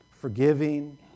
forgiving